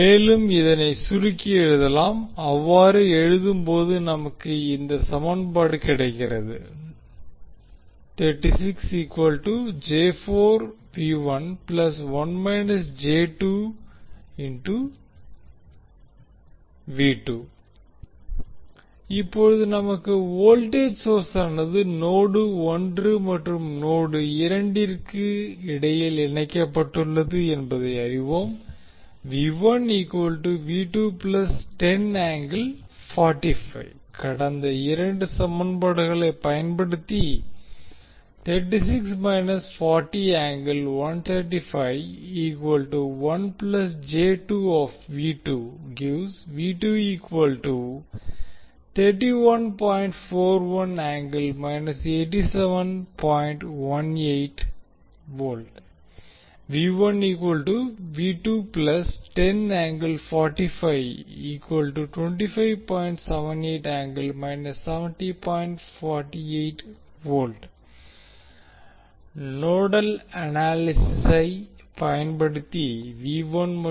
மேலும் இதனை சுருக்கி எழுதலாம் அவ்வாறு எழுதும் போது நமக்கு இந்த சமன்பாடு கிடைக்கிறது இப்போது நமக்கு வோல்டேஜ் சோர்ஸானது நோடு 1 மற்றும் நோடு 2 ற்கு இடையில் இணைக்கப்பட்டுள்ளது என்பதை அறிவோம் கடைசி இரண்டு சமன்பாடுகளை பயன்படுத்தி நோடல் அனாலிசிஸிஸை பயன்படுத்தி மற்றும்